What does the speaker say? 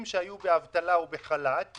לא יובא בחשבון כחלק מסכום ההוצאה הממשלתית בשנת 2020